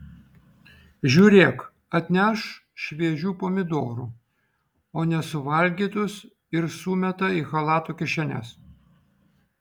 žiūrėk atneš šviežių pomidorų o nesuvalgytus ir sumeta į chalato kišenes